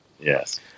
Yes